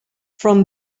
from